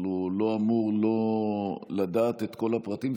אבל הוא לא אמור לדעת את כל הפרטים,